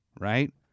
right